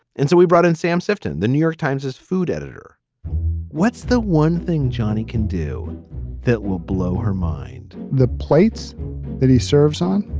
and so we brought in sam sifton, the new york times's food editor what's the one thing johnny can do that will blow her mind? the plates that he serves on,